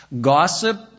Gossip